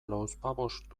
lauzpabost